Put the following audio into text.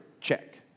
Check